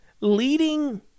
leading